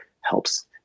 helps